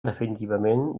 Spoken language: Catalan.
definitivament